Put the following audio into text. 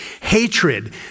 hatred